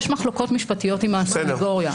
יש מחלוקות משפטיות עם הסניגוריה.